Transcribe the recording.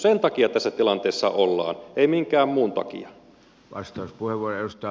sen takia tässä tilanteessa ollaan ei minkään muun takia